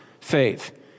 faith